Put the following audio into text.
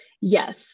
Yes